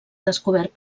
descobert